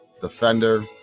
Defender